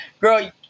girl